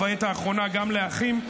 ובעת האחרונה גם לאחים.